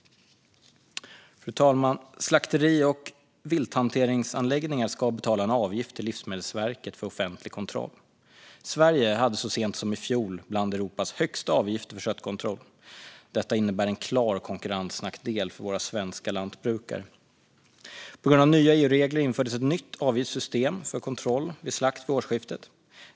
Fru talman! Slakteri och vilthanteringsanläggningar ska betala en avgift till Livsmedelsverket för offentlig kontroll. Sverige hade så sent som i fjol bland Europas högsta avgifter för köttkontroll. Detta innebär en klar konkurrensnackdel för våra svenska lantbrukare. På grund av nya EU-regler infördes ett nytt avgiftssystem för kontroll vid slakt vid årsskiftet.